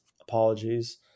Apologies